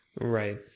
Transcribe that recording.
Right